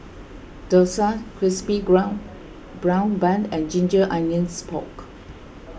Dosa Crispy Ground Brown Bun and Ginger Onions Pork